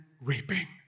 reaping